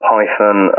Python